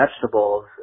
vegetables